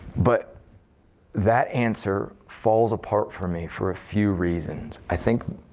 but that answer falls apart for me for a few reasons. i think